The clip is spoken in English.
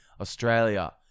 Australia